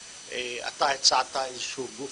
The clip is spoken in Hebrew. אתה הצגת איזה שהוא גוף